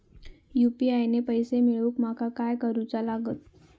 UPI ने पैशे मिळवूक माका काय करूचा लागात?